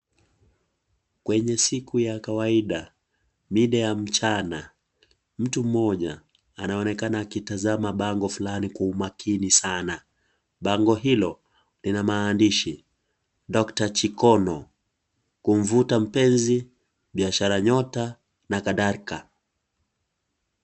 Kwenye siku ya kawaida, mida ya mchana, mtu mmoja anaonekana akitazama bango fulani kwa umakini sana, bango hilo lina maandishi (cs)Doctor(cs) Chikono, kumvuta mpenzi, biashara nyota na kadhalika.